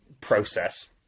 process